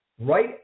right